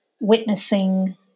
witnessing